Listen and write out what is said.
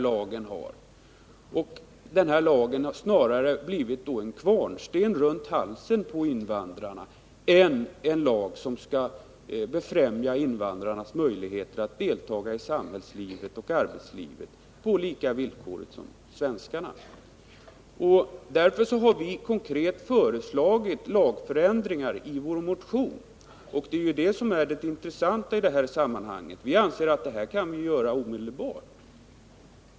Lagen har snarare blivit en kvarnsten runt halsen på invandrarna än en lag som befrämjar invandrarnas möjligheter att delta i samhällsoch arbetsliv på samma villkor som de som gäller för svenskarna. Därför har vi i vår motion föreslagit konkreta lagändringar, och det är ju detta som är det intressanta i det här sammanhanget. Vi anser att vi kan göra det här omedelbart.